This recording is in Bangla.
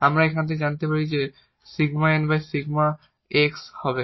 আমরা এখান থেকে জানতে পারি যে এটি 𝜕𝑁𝜕𝑥 হবে